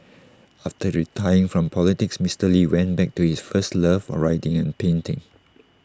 after retiring from politics Mister lee went back to his first love of writing and painting